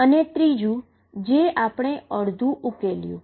ત્રીજુ આપણે અડધુ ઉકેલ્યુ